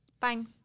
Fine